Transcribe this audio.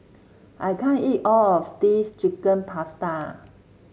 I can't eat all of this Chicken Pasta